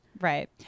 Right